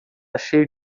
cheio